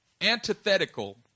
antithetical